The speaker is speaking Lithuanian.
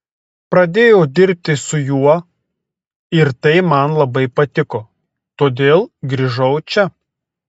pradėjau dirbi su juo ir tai man labai patiko todėl grįžau čia